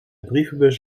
brievenbus